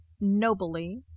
nobly